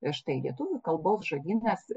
štai lietuvių kalbos žodynas